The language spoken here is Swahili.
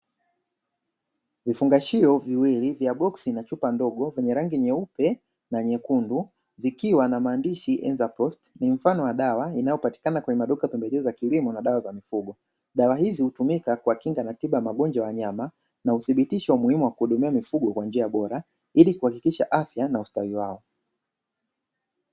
Vifungashio viwili vya boxi na chupa ndogo vyenye rangi nyeupe na nyekundu, zikiwa na maandishi enza post ni mfano wa dawa inayopatikana kwenye maduka pembejeo za kilimo na dawa za mifugo, dawa hizi hutumika kwa kinga na tiba ya magonjwa ya wanyama na uthibitisho wa umuhimu wa kuhudumia mifugo kwa njia bora ili kuhakikisha afya na ustawi wao.